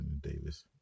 Davis